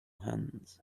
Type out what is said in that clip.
hands